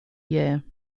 year